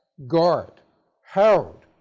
guard herold,